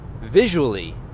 visually